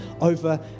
over